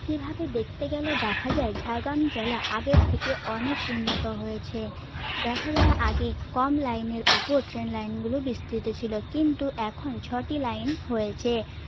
সেভাবে দেখতে গেলে দেখা যায় ঝাড়গ্রাম জেলা আগের থেকে অনেক উন্নত হয়েছে দেখা যায় আগে কম লাইনের ওপর ট্রেন লাইনগুলো বিস্তৃত ছিল কিন্তু এখন ছটি লাইন হয়েছে